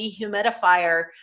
dehumidifier